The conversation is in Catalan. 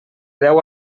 deu